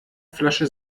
flasche